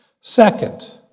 Second